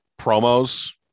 promos